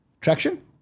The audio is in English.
traction